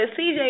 cj